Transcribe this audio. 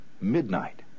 midnight